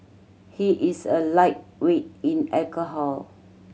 he is a lightweight in alcohol